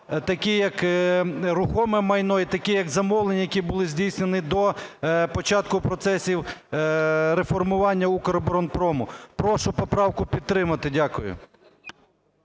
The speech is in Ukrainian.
такі як рухоме майно і такі як замовлення, які були здійснені до початку процесів реформування "Укроборонпрому". Прошу поправку підтримати. Дякую.